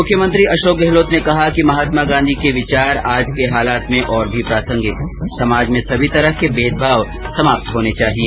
मुख्यमंत्री अशोक गहलोत ने कहा है कि महात्मा गांधी के विचार आज के हालात में और भी प्रासंगिक समाज में सभी तरह के भेदभाव समाप्त होने चाहिए